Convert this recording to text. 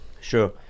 sure